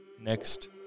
Next